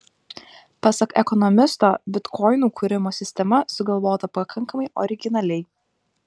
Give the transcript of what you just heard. pasak ekonomisto bitkoinų kūrimo sistema sugalvota pakankamai originaliai